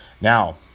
Now